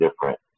different